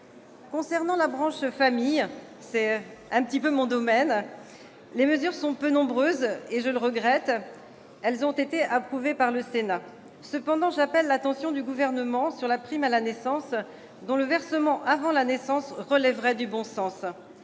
de la branche famille, qui est mon domaine de prédilection, les mesures sont peu nombreuses- je le regrette -et ont été approuvées par le Sénat. Cependant, j'appelle l'attention du Gouvernement sur la prime à la naissance dont le versement avant la naissance relèverait du bon sens.